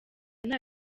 nta